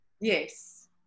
Yes